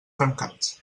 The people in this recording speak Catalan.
trencats